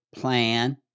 plan